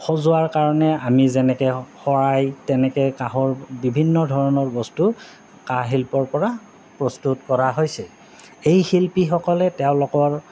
সজোৱাৰ কাৰণে আমি যেনেকে শৰাই তেনেকে কাঁহৰ বিভিন্ন ধৰণৰ বস্তু কাঁহ শিল্পৰ পৰা প্ৰস্তুত কৰা হৈছে এই শিল্পীসকলে তেওঁলোকৰ